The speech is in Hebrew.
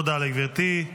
תודה לגברתי.